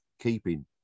keeping